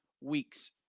weeks